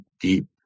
deep